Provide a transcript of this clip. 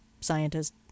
scientist